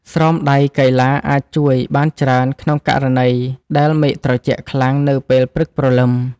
ស្រោមដៃកីឡាអាចជួយបានច្រើនក្នុងករណីដែលមេឃត្រជាក់ខ្លាំងនៅពេលព្រឹកព្រលឹម។